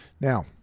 Now